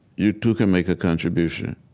you, too, can make a contribution.